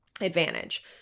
advantage